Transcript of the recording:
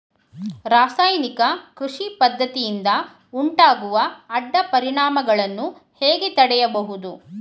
ರಾಸಾಯನಿಕ ಕೃಷಿ ಪದ್ದತಿಯಿಂದ ಉಂಟಾಗುವ ಅಡ್ಡ ಪರಿಣಾಮಗಳನ್ನು ಹೇಗೆ ತಡೆಯಬಹುದು?